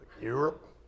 Europe